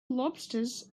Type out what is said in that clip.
lobsters